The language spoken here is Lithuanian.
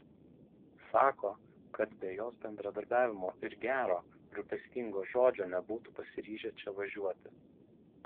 sako kad be jos bendradarbiavimo ir gero rūpestingo žodžio nebūtų pasiryžę čia važiuoti